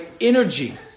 energy